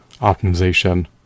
optimization